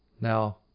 Now